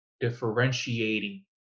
differentiating